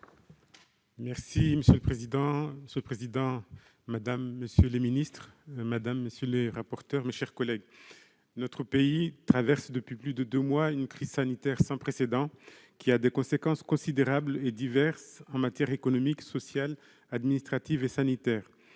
Monsieur le président, monsieur le ministre, madame la secrétaire d'État, mes chers collègues, notre pays traverse depuis plus de deux mois une crise sanitaire sans précédent, qui a des conséquences considérables et diverses en matière économique, sociale, administrative et sanitaire.